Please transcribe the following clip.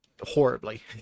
Horribly